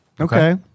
Okay